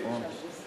נכון?